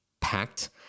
packed